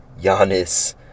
Giannis